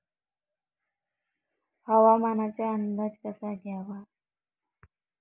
हवामानाचा अंदाज कसा घ्यावा?